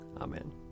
Amen